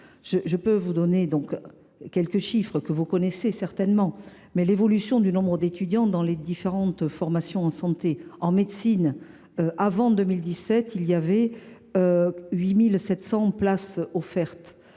Je donnerai quelques chiffres que vous connaissez certainement sur l’évolution du nombre d’étudiants dans les différentes formations en santé. En médecine, avant 2017, quelque 8 700 places étaient